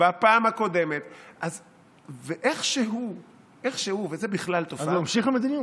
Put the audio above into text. וגם ממשיך לעשות